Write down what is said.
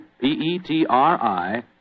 P-E-T-R-I